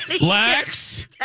Lex